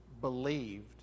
believed